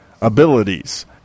abilities